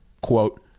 quote